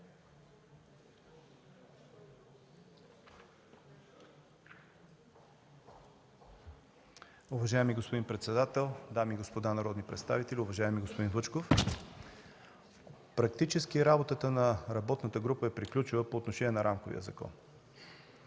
Уважаеми господин председател, дами и господа народни представители, уважаеми господин Вучков! Практически работата на работната група е приключила по отношение на рамковия закон.